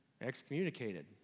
excommunicated